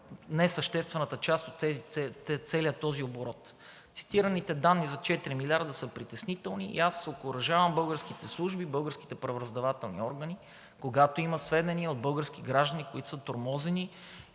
несъществената част от целия този оборот. Цитираните данни за 4 милиарда са притеснителни. Аз окуражавам българските служби, българските правораздавателни органи, когато има сведения от български граждани, които са тормозени